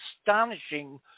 astonishing